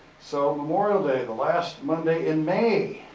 so memorial day, the last monday in may.